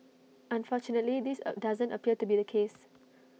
unfortunately this doesn't appear to be the case